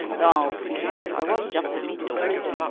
though i'll confess i was just a bit daunted.